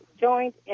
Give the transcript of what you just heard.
joint